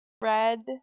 red